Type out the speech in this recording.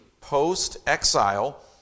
post-exile